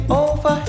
over